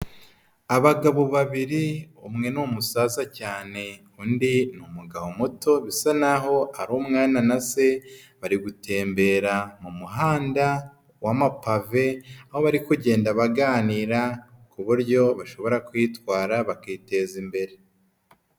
Abagabo babiri, umwe ni umusaza cyane undi ni umugabo muto bisa n'aho ari umwana na se bari gutembera mu muhanda w'amampave, aho bari kugenda baganira ku buryo bashobora kwitwara bakiteza imbere.